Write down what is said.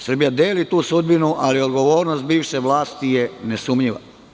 Srbija deli tu sudbinu, ali odgovornost bivše vlasti je nesumnjiva.